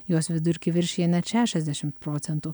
jos vidurkį viršija net šešiasdešimt procentų